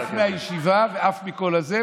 עף מהישיבה ועף מכל זה,